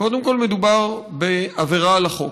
קודם כול מדובר בעבירה על החוק.